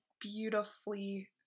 beautifully